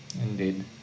Indeed